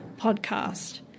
podcast